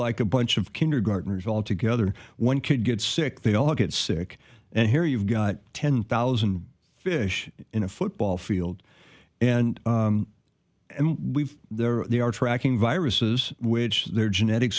like a bunch of kindergarteners all together when kid gets sick they all get sick and here you've got ten thousand fish in a football field and we've there they are tracking viruses which their genetic